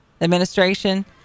administration